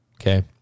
Okay